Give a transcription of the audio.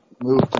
moved